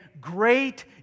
great